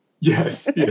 Yes